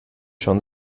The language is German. schon